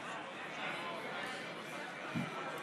ביום